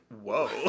Whoa